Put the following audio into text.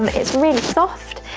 um it's really soft.